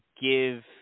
give